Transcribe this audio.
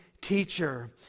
teacher